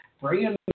bring